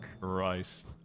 Christ